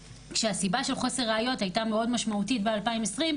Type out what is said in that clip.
כשהסיבה של חוסר ראיות הייתה מאוד משמעותית ב-2020,